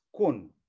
Kun